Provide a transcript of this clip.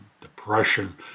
depression